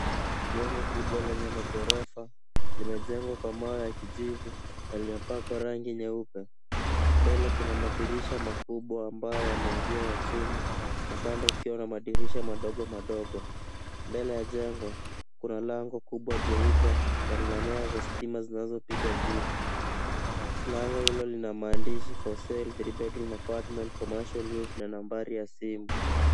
Jengo kubwa lenye maghorofa limejengwa kwa mawe ya kijivu yaliyopakwa rangi nyeupe. Mbele kuna madirisha makubwa ambayo yana uzio wa chuma na kando kukiwa na madirisha madogo madogo. Mbele ya jengo kuna lango kubwa jeupe na lina nyaya za stima zinazopita juu. Lango hilo lina maandishi For Sale 3 Bedroom Apartment Commercial Use na nambari ya simu.